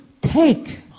Take